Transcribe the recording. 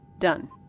Done